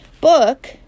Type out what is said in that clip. book